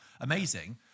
amazing